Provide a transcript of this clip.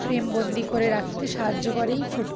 frame বন্দি করে রাখতে সাহায্য করে এই ফটো